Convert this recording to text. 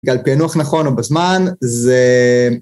בגלל פענוח נכון ובזמן זה...